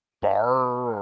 bar